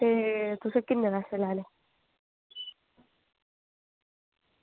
ते तुसें किन्ने पैहे लैने